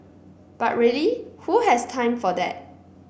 but really who has time for that